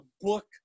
book